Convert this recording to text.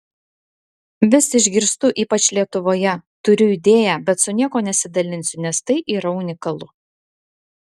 vis išgirstu ypač lietuvoje turiu idėją bet su niekuo nesidalinsiu nes tai yra unikalu